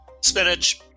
Spinach